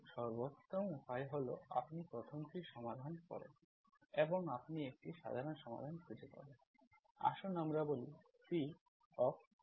কিন্তু সর্বোত্তম উপায় হল আপনি 1st টি সমাধান করেন এবং আপনি একটি সাধারণ সমাধান খুঁজে পাবেন আসুন আমরা বলি xyC0